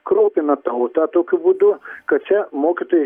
kraupina tautą tokiu būdu kad čia mokytojai